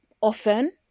often